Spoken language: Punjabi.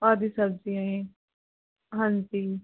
ਆਦਿ ਸਬਜ਼ੀਆਂ ਏ ਹਾਂਜੀ